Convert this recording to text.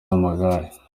w’amagare